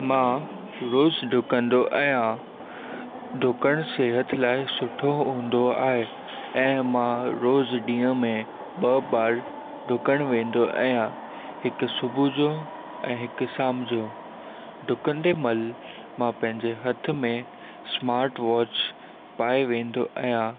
मां रोज़ु डुकंदो आहियां डुकणु सिहत लाइ सुठो हूंदो आहे ऐं मां रोज़ ॾीहं में ॿ बार डुकणु वेंदो आहियां हिकु सुबुह जो ऐं हिक शाम जो डुकंदे महिल मां पंहिंजे हथ में स्मार्टवॉच पाए वेंदो आहियां